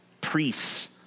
priests